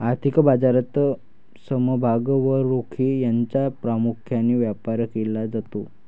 आर्थिक बाजारात समभाग व रोखे यांचा प्रामुख्याने व्यापार केला जातो